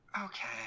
okay